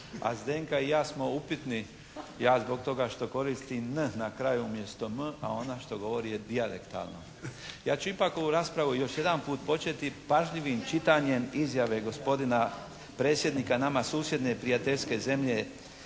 a Zdenka i ja smo upitni. Ja zbog toga što korisnim "n" na kraju umjesto "m", a ona što govori dijalektalno. Ja ću ipak ovu raspravu još jedan puta početi pažljivim čitanjem izjave gospodina predsjednika nama susjedne prijateljske zemlje